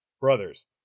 brothers